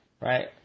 Right